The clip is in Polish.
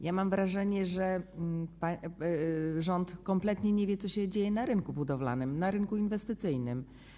Ja mam wrażenie, że rząd kompletnie nie wie, co się dzieje na rynku budowlanym, na rynku inwestycyjnym.